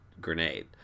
grenade